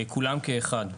כולם כאחד.